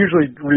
usually